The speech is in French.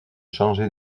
changer